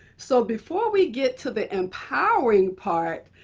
so before we get to the empowering part,